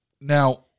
now